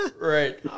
right